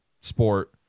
sport